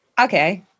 okay